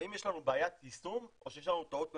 האם יש לנו טעות ביישום או שיש לנו טעות קונספטואלית.